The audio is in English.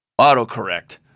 autocorrect